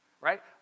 right